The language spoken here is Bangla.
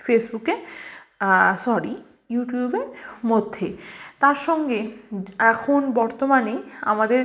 ফেসবুকে সরি ইউটিউবের মধ্যে তার সঙ্গে এখন বর্তমানে আমাদের